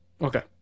Okay